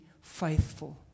faithful